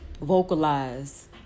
vocalize